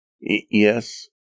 Yes